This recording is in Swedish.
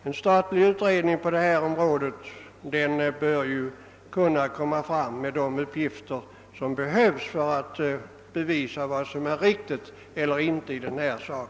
En statlig utredning på detta område bör ju kunna lämna de uppgifter som behövs för att bevisa vad som är riktigt eller inte i denna sak.